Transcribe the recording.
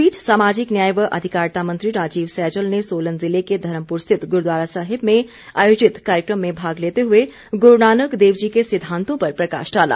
इस बीच सामाजिक न्याय व अधिकारिता मंत्री राजीव सैजल ने सोलन ज़िले के धर्मपुर स्थित गुरूद्वारा साहिब में आयोजित कार्यक्रम में भाग लेते हुए गुरूनानक देव जी के सिद्धांतों पर प्रकाश डाला